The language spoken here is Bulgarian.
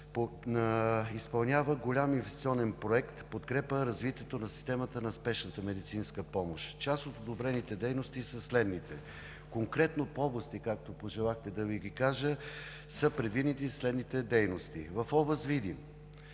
изпълнява голям инвестиционен проект в подкрепа развитието на системата на Спешната медицинска помощ. Част от одобрените дейности са следните. Конкретно по области, както пожелахте да Ви ги кажа, са предвидени следните дейности: в област Видин